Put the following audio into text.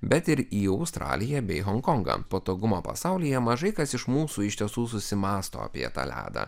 bet ir į australiją bei honkongą patogumo pasaulyje mažai kas iš mūsų iš tiesų susimąsto apie tą ledą